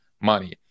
money